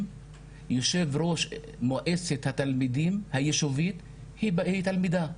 יושב ראש מועצת התלמידים היישובית היא תלמידה.